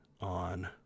on